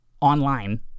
online